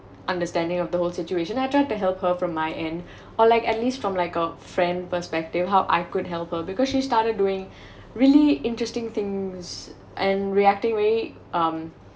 understanding of the whole situation I tried to help her from my end or like at least from like a friend perspective how I could help her because she started doing really interesting things and reacting way um